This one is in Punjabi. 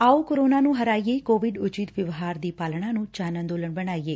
ਆਓ ਕੋਰੋਨਾ ਨੁੰ ਹਰਾਈਏਂ ਕੋਵਿਡ ਉਚਿੱਤ ਵਿਵਹਾਰ ਦੀ ਪਾਲਣਾ ਨੂੰ ਜਨ ਅੰਦੋਲਨ ਬਣਾਈਏ